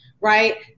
right